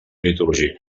litúrgic